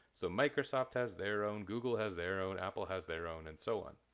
so microsoft has their own, google has their own, apple has their own, and so on.